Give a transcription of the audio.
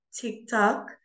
TikTok